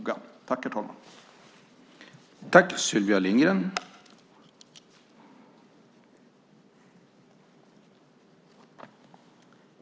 Då Sven-Erik Österberg, som framställt interpellationen, anmält att han var förhindrad att närvara vid sammanträdet medgav talmannen att Sylvia Lindgren i stället fick delta i överläggningen.